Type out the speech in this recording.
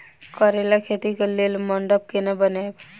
करेला खेती कऽ लेल मंडप केना बनैबे?